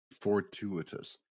fortuitous